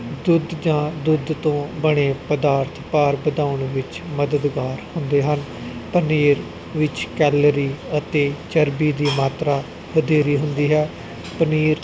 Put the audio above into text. ਦੁੱਧ ਜਾਂ ਦੁੱਧ ਤੋਂ ਬਣੇ ਪਦਾਰਥ ਭਾਰ ਵਧਾਉਣ ਵਿੱਚ ਮਦਦਗਾਰ ਹੁੰਦੇ ਹਨ ਪਨੀਰ ਵਿੱਚ ਕੈਲਰੀ ਅਤੇ ਚਰਬੀ ਦੀ ਮਾਤਰਾ ਵਧੇਰੇ ਹੁੰਦੀ ਹੈ ਪਨੀਰ